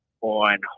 on